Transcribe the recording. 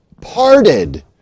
parted